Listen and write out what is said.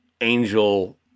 angel